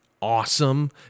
awesome